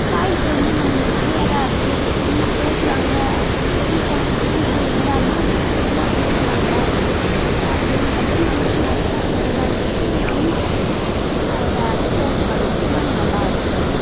voice வந்து நம்மளுக்கு கிளியராக இருக்கு என்ன பேசுகிறாங்க வெளி சவுண்ட்ஸுங்க இல்லாமல் என்ன பேசுகிறாங்க அப்படின்றது நம்மளுக்கு கரெக்ட்டாக தெளிவாக இருக்கு நம்ம அதை அக்சஸ் பண்ணறதுக்கும் நல்லா இருக்கு